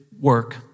work